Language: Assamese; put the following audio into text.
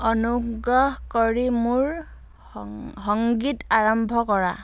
অনুগ্ৰহ কৰি মোৰ সং সংগীত আৰম্ভ কৰা